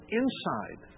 inside